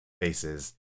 faces